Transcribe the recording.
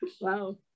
Wow